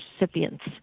recipients